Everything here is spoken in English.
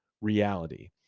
reality